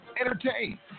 entertain